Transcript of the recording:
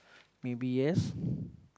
maybe yes